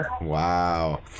wow